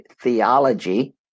theology